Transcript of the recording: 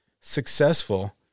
successful